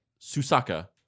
Susaka